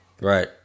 right